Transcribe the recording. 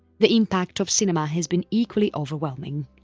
the impact of cinema has been equally overwhelming.